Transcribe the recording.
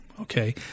Okay